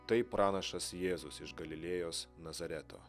tai pranašas jėzus iš galilėjos nazareto